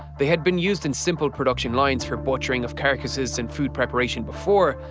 they had been used in simple production lines for butchering of carcasses and food preparation before,